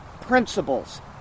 principles